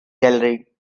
gallery